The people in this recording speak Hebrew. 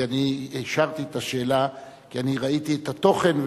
כי אני אישרתי את השאלה כי אני ראיתי את התוכן,